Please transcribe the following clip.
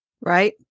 right